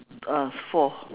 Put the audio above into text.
uh four